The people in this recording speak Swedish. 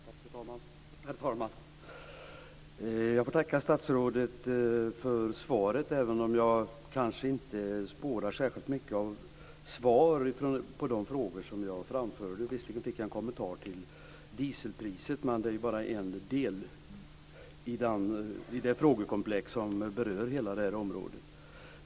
Herr talman! Jag får tacka statsrådet för svaret även om jag kanske inte spårar särskilt mycket av svar på de frågor jag framförde. Visserligen fick jag en kommentar till dieselpriset. Men det är bara en del i det frågekomplex som berör hela det här området.